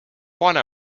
pane